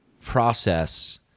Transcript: process